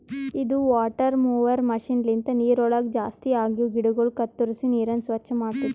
ಇದು water mower machine ಲಿಂತ ನೀರವಳಗ್ ಜಾಸ್ತಿ ಆಗಿವ ಗಿಡಗೊಳ ಕತ್ತುರಿಸಿ ನೀರನ್ನ ಸ್ವಚ್ಚ ಮಾಡ್ತುದ